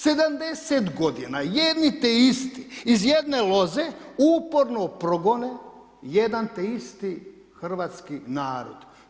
70 godina, jedni te isti iz jedne loze uporno progone jedan te isti hrvatski narod.